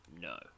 No